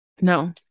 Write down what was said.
No